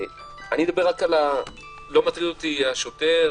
לא מטריד אותי השוטר,